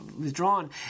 withdrawn